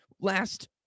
last